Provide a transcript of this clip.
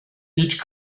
each